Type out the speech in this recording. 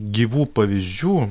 gyvų pavyzdžių